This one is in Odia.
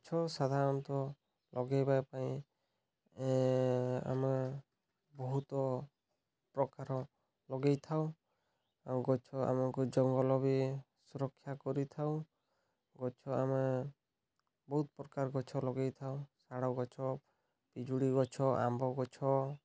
ଗଛ ସାଧାରଣତଃ ଲଗାଇବା ପାଇଁ ଆମେ ଆମ ବହୁତ ପ୍ରକାର ଲଗେଇଥାଉ ଆଉ ଗଛ ଆମକୁ ଜଙ୍ଗଲ ବି ସୁରକ୍ଷା କରିଥାଉ ଗଛ ଆମେ ବହୁତ ପ୍ରକାର ଗଛ ଲଗେଇଥାଉ ଶାଳ ଗଛ ପିଜୁଳି ଗଛ ଆମ୍ବ ଗଛ